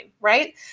right